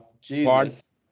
Jesus